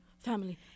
family